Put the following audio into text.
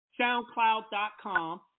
soundcloud.com